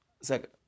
Second